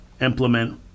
implement